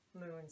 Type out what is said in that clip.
moons